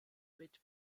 mit